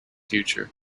future